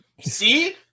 See